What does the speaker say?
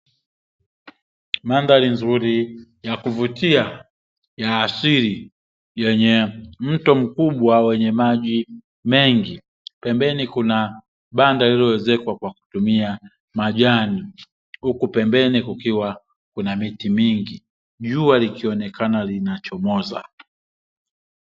Mandhari nzuri ya kuvutia ya asili yenye mto mkubwa wenye maji mengi, pembeni kuna banda lililowezekwa kwa kutumia majani, huku pembeni kukiwa na miti mingi, jua likionekana linachomoza.